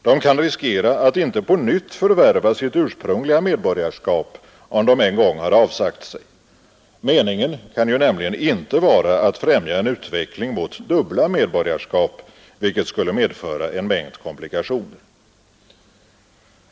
De kan riskera att inte på nytt förvärva sitt ursprungliga medborgarskap, om de en gång avsagt sig det. Meningen kan ju inte vara att främja en utveckling mot dubbla medborgarskap, vilket skulle medföra en mängd komplikationer.